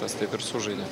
tas taip ir sužaidė